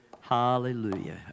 Hallelujah